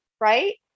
right